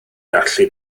gallu